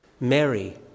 Mary